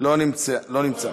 לא נמצא,